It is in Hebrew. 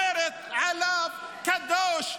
אומרת עליו "קדוש",